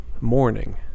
Morning